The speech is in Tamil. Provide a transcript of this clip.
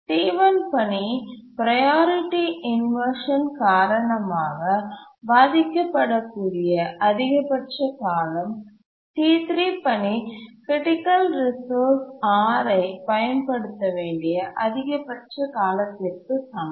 T1 பணி ப்ரையாரிட்டி இன்வர்ஷன் காரணமாக பாதிக்கப்படக்கூடிய அதிகபட்ச காலம் T3 பணி க்ரிட்டிக்கல் ரிசோர்ஸ் Rஐ பயன்படுத்த வேண்டிய அதிகபட்ச காலத்திற்கு சமம்